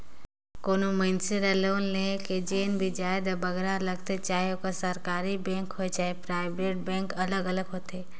कोनो मइनसे ल लोन लोहे में जेन बियाज दर बगरा लगथे चहे ओहर सरकारी बेंक होए चहे पराइबेट बेंक अलग अलग होथे